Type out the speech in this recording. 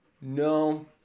No